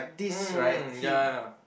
mm mm ya ya